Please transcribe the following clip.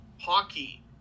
hockey